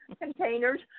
containers